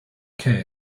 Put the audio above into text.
kay